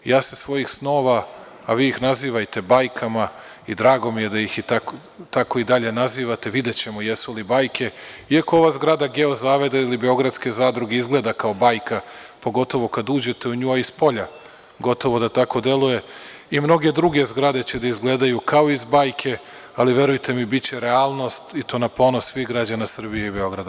Ja se svojih snova, a vi ih nazivajte bajkama, i drago mi je da ih tako i dalje nazivate, videćemo jesu li bajke, iako ova zgrada Geozavoda ili Beogradske zadruge izgleda kao bajka, pogotovo kada uđete u nju, a i spolja, gotovo da tako deluje, a i mnoge druge zgrade će da izgledaju kao iz bajke, ali verujte mi, biće realnosti i to na ponos svih građana Srbije i Beograda.